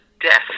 death